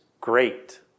great